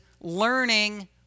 learning